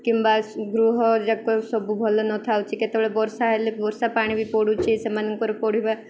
କିମ୍ବା ଗୃହଯାକ ସବୁ ଭଲ ନଥାଉଛି କେତେବେଳେ ବର୍ଷା ହେଲେ ବର୍ଷା ପାଣି ବି ପଡ଼ୁଛି ସେମାନଙ୍କର ପଢ଼ିବା